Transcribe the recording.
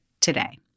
today